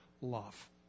love